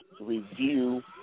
review